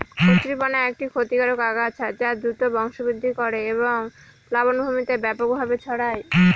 কচুরিপানা একটি ক্ষতিকারক আগাছা যা দ্রুত বংশবৃদ্ধি করে এবং প্লাবনভূমিতে ব্যাপকভাবে ছড়ায়